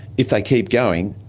if they keep going,